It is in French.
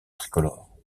tricolore